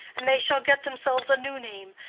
and they shall get themselves a new name,